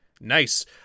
Nice